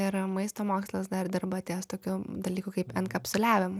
ir maisto mokslas dar dirba ties tokiu dalyku kaip enkapsuliavimu